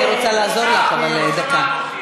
אני רוצה לעזור לך, אבל, דקה.